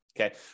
okay